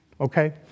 Okay